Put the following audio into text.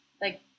like-